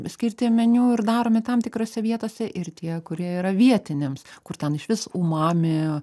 skirti meniu ir daromi tam tikrose vietose ir tie kurie yra vietiniams kur ten išvis umami